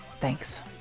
Thanks